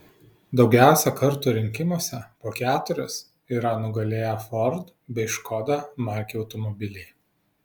daugiausiai kartų rinkimuose po keturis yra nugalėję ford bei škoda markių automobiliai